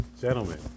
Gentlemen